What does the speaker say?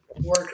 work